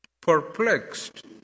Perplexed